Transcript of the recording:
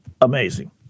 Amazing